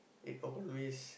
it always